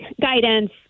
guidance